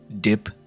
dip